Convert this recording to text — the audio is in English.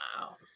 Wow